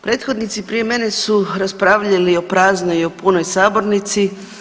Prethodnici prije mene su raspravljali o praznoj i o punoj sabornici.